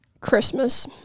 christmas